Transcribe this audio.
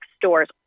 stores